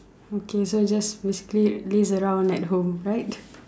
okay so just basically laze around at home right